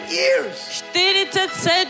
years